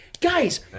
Guys